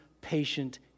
patient